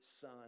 son